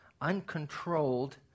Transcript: uncontrolled